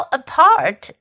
apart